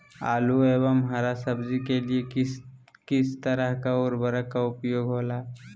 आलू एवं हरा सब्जी के लिए किस तरह का उर्वरक का उपयोग होला?